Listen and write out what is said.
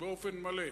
באופן מלא,